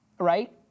Right